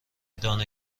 دانه